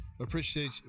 Appreciate